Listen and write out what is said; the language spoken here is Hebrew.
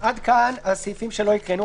עד כאן הסעיפים שלא הקראנו.